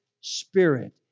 spirit